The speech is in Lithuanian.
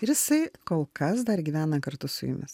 ir jisai kol kas dar gyvena kartu su jumis